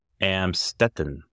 Amstetten